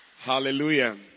Hallelujah